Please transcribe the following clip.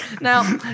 Now